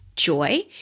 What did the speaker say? Joy